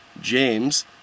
James